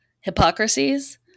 hypocrisies